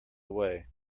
away